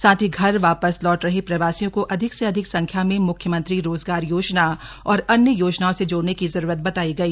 साथ ही घर वापस लौट रहे प्रवासियों को अधिक से अधिक संख्या में म्ख्यमंत्री रोजगार योजना और अन्य योजनाओं से जोड़ने की जरूरत बताई गई